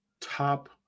top